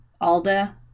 Alda